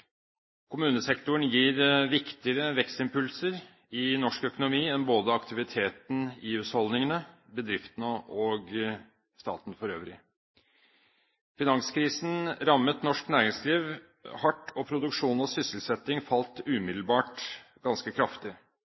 Kommunesektoren gir viktigere vekstimpulser i norsk økonomi enn aktiviteten i husholdningene, i bedriftene og i staten for øvrig. Finanskrisen rammet norsk næringsliv hardt, og produksjon og sysselsetting falt umiddelbart ganske kraftig.